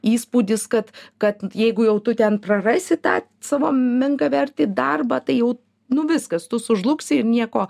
įspūdis kad kad jeigu jau tu ten prarasi tą savo menkavertį darbą tai jau nu viskas tu sužlugsi ir nieko